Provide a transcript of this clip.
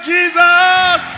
Jesus